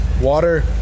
water